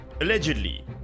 allegedly